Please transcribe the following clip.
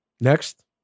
Next